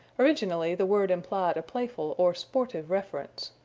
originally, the word implied a playful, or sportive, reference.